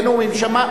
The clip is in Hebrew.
אדוני, זאת